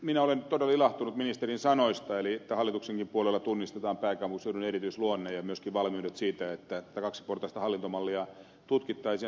minä olen todella ilahtunut ministerin sanoista eli että hallituksenkin puolella tunnistetaan pääkaupunkiseudun erityisluonne ja on myöskin valmiudet siihen että tätä kaksiportaista hallintomallia tutkittaisiin ja selvitettäisiin